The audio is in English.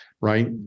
right